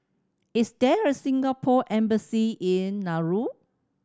is there a Singapore Embassy in Nauru